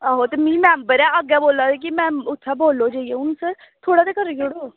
ते में मेंबर ते अग्गें मिगी बोल्ला दे की मेंबर उत्थें बोल्लो जाइयै ते थोह्ड़ा ते करी ओड़ेओ